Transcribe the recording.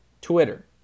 Twitter